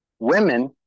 Women